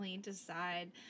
Decide